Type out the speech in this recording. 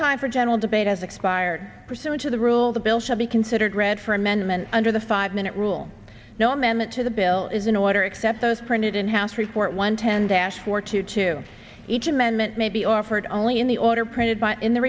time for general debate has expired percentage of the rule the bill shall be considered read for amendment under the five minute rule no amendment to the bill is in order except those printed in house report one ten dash for two to each amendment may be offered only in the order printed by in the